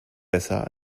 besser